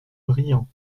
brillants